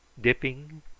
dipping